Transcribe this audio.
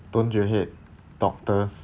don't you hate doctors